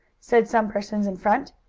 said some persons in front.